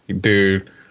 dude